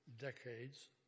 decades